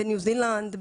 בניו זילנד,